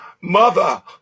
mother